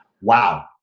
wow